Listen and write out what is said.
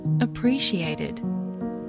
appreciated